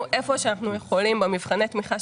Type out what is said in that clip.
היכן שאנחנו יכולים במבחני התמיכה,